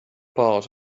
part